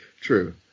true